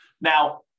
Now